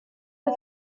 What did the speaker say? the